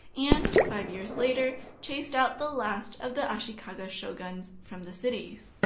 and, five years later, chased out the last of the ashikaga shoguns from the city.